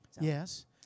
Yes